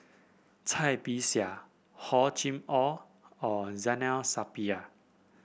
Cai Bixia Hor Chim Or and Zainal Sapari